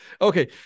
okay